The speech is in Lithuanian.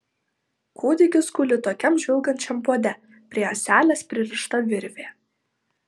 kūdikis guli tokiam žvilgančiam puode prie ąselės pririšta virvė